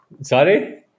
Sorry